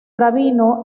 rabino